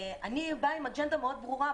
אני באה עם אג'נדה מאוד ברורה,